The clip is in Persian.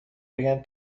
بگن